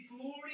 glory